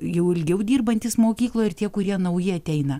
jau ilgiau dirbantys mokykloj ir tie kurie nauji ateina